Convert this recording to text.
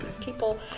People